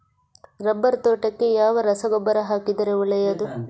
Rubber ತೋಟಕ್ಕೆ ಯಾವ ರಸಗೊಬ್ಬರ ಹಾಕಿದರೆ ಒಳ್ಳೆಯದು?